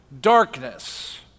darkness